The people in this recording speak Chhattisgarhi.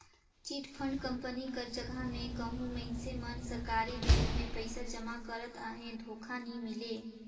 चिटफंड कंपनी कर जगहा में कहों मइनसे मन सरकारी बेंक में पइसा जमा करत अहें धोखा नी मिले